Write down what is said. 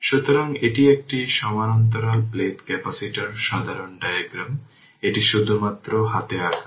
সুতরাং এই সার্কিটটি আঁকা v0 ut যে এটি এখান থেকে ইকুইভ্যালেন্ট সার্কিট